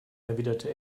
erwiderte